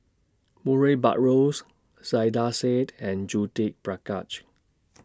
Murray Buttrose Saiedah Said and Judith Prakash